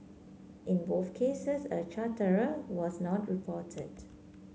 in both cases a charterer was not reported